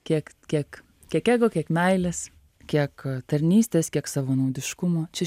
kiek kiek kiek ego kiek meilės kiek tarnystės kiek savanaudiškumo čia